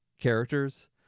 characters